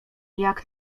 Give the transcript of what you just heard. jak